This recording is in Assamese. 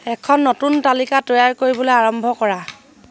এখন নতুন তালিকা তৈয়াৰ কৰিবলৈ আৰম্ভ কৰা